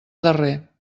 darrer